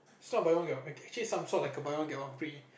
is not buy one get one actually it's some sort like a buy one get one free